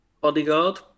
Bodyguard